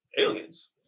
aliens